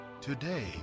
Today